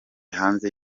hanze